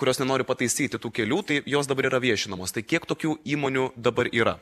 kurios nenori pataisyti tų kelių tai jos dabar yra viešinamos tai kiek tokių įmonių dabar yra